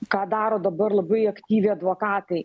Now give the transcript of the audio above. ką daro dabar labai aktyviai advokatai